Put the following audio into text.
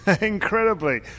Incredibly